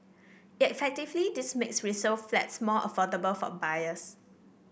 effectively this makes resale flats more affordable for buyers